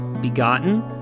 begotten